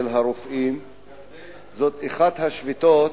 של הרופאים, זאת אחת השביתות